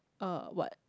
uh what